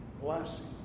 blessing